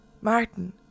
Martin